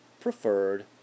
preferred